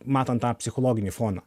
matant tą psichologinį foną